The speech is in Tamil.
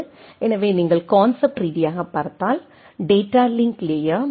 எனவே நீங்கள் கான்செப்ட் ரீதியாகப் பார்த்தால் டேட்டா லிங்க் லேயர் எல்